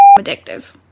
addictive